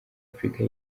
afurika